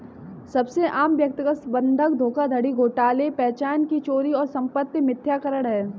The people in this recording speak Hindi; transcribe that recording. सबसे आम व्यक्तिगत बंधक धोखाधड़ी घोटाले पहचान की चोरी और संपत्ति मिथ्याकरण है